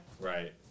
Right